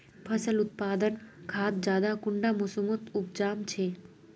फसल उत्पादन खाद ज्यादा कुंडा मोसमोत उपजाम छै?